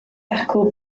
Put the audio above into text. acw